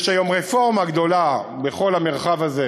יש היום רפורמה גדולה בכל המרחב הזה,